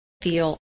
feel